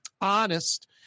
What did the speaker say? Honest